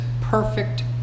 perfect